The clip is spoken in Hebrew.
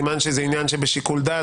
סימן שזה עניין שבשיקול דעת,